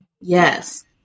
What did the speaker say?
Yes